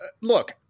Look